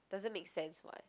doesn't make sense [what]